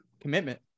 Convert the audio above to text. commitment